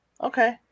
Okay